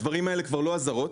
הדברים האלה הם כבר לא אזהרות,